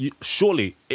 surely